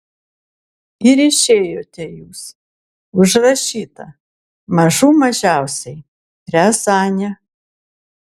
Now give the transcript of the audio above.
ir išėjote jūs užrašyta mažų mažiausiai riazanė